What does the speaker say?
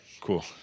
cool